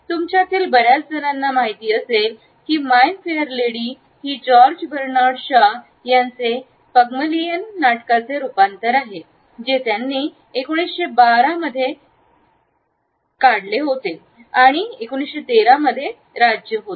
तुमच्यातील बर्याच जणांना माहिती असेल माई फेअर लेडी ही जॉर्ज बर्नार्ड शॉ हे त्यांचे पगमलियन नाटकाचे रूपांतर आहे जे त्याने 1912 मध्ये घालवले होते आणि हे 1913 मध्ये राज्य होते